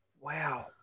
wow